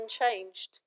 unchanged